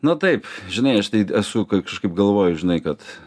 na taip žinai aš esu kažkaip galvoju žinai kad